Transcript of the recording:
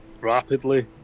rapidly